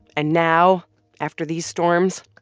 and now after these storms,